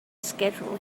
schedule